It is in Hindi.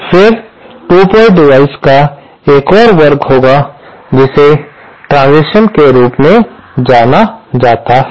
फिर 2 पोर्ट डिवाइस का एक और वर्ग है जिसे ट्रांसिशन्स के रूप में जाना जाता है